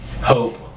hope